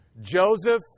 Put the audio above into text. Joseph